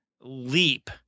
leap